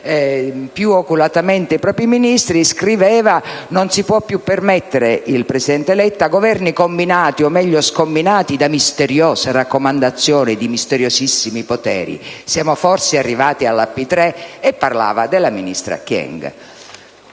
più oculatamente i propri Ministri, scriveva: «Non si può più permettere» - il presidente Letta - «Governi combinati (o meglio scombinati) da misteriose raccomandazioni di misteriosissimi poteri. Siamo forse arrivati alla P3?» E parlava della ministra